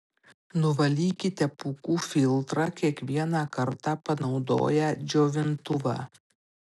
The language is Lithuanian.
nuvalykite pūkų filtrą kiekvieną kartą panaudoję džiovintuvą